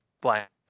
Black